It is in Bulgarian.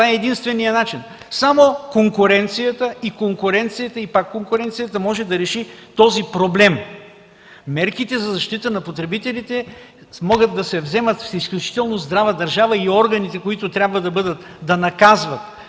това е единственият начин – само конкуренцията, конкуренцията и пак конкуренцията може да реши този проблем. Мерки за защита на потребителите могат да се вземат в изключително здрава държава и органите, които трябва да наказват,